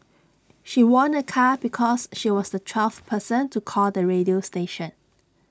she won A car because she was the twelfth person to call the radio station